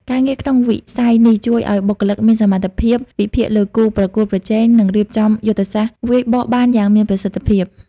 ការងារក្នុងវិស័យនេះជួយឱ្យបុគ្គលិកមានសមត្ថភាពវិភាគលើគូប្រកួតប្រជែង និងរៀបចំយុទ្ធសាស្ត្រវាយបកបានយ៉ាងមានប្រសិទ្ធភាព។